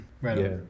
Right